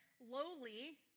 lowly